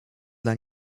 dla